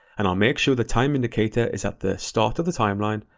and i'll make sure the time indicator is at the start of the timeline,